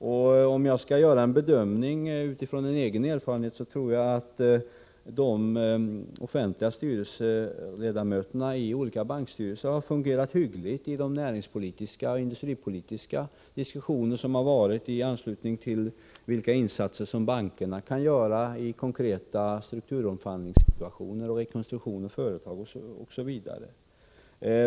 Skall jag göra en bedömning utifrån egen erfarenhet tror jag att de offentliga styrelseledamöterna i olika bankstyrelser har fungerat hyggligt i de industripolitiska och näringspolitiska diskussioner som har förts i anslutning till frågor om vilka insatser bankerna kan göra i konkreta strukturomvandlingssituationer, när det gäller rekonstruktioner av företag osv.